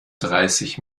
dreißig